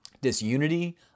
disunity